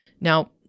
Now